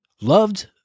loved